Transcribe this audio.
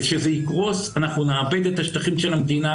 וכשזה יקרוס אנחנו נאבד את השטחים של המדינה.